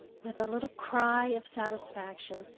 with a little cry of satisfaction,